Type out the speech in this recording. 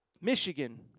Michigan